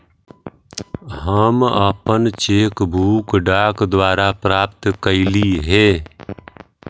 हम अपन cheque book डाक द्वारा प्राप्त कईली हे